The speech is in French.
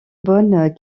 bonne